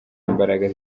imbaraga